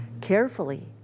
Carefully